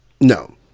No